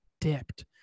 dipped